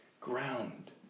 ground